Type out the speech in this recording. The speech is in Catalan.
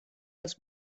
els